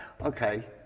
okay